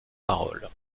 paroles